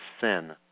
sin